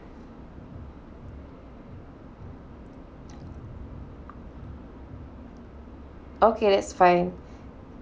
okay that's fine